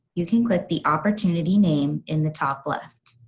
you can click the opportunity name in the top left.